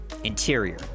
Interior